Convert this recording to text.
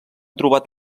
trobat